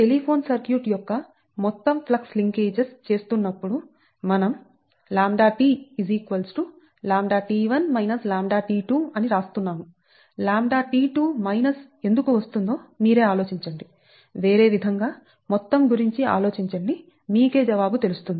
telephone circuit యొక్క మొత్తం flux linkages చేస్తున్నప్పుడు మనం λT λT1 λT2 అని రాస్తున్నాము λT2 మైనస్ ఎందుకు వస్తుందో మీరే ఆలోచించండి వేరే విధంగా మొత్తం గురించి ఆలోచించండి మీకే జవాబు తెలుస్తుంది